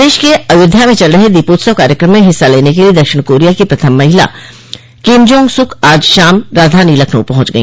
प्रदेश के अयोध्या में चल रहे दीपोत्सव कार्यक्रम में हिस्सा लेने के लिए दक्षिण कोरिया की प्रथम महिला किमजोंग सुक आज शाम राजधानी लखनऊ पहुंच गई